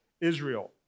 Israel